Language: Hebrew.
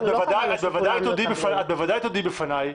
את בוודאי תודי בפניי